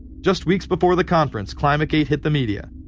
just weeks before the conference, climategate hit the media.